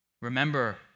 remember